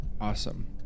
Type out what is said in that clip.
Awesome